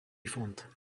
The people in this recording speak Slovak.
fond